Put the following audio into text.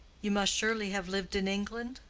you must surely have lived in england?